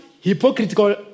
hypocritical